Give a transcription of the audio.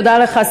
תודה לך,